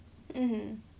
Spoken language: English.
mmhmm